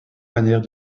manières